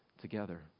together